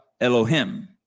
Elohim